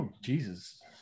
Jesus